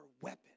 weapon